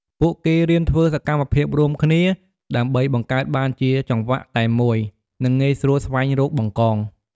ពួកគេរៀនធ្វើសកម្មភាពរួមគ្នា ដើម្បីបង្កើតបានជាចង្វាក់តែមួយ និងងាយស្រួលស្វែងរក បង្កង។